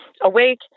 awake